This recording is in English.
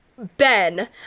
Ben